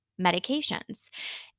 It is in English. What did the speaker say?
medications